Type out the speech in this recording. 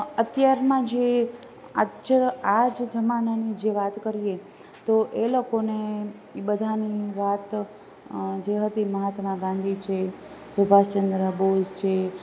અત્યારમાં જે આજ આજ જમાનાની જે વાત કરીએ તો એ લોકોને ઇ બધાની વાત જે હતી મહાત્મા ગાંધી છે સુભાષ ચંદ્ર બોઝ છે